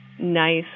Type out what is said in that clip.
nice